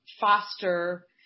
foster